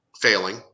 failing